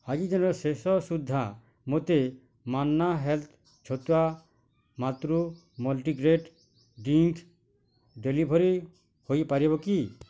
ଆଜି ଦିନର ଶେଷ ସୁଦ୍ଧା ମୋତେ Manna health Chhatua Matru multigrain drink delivery ହୋଇପାରିବ କି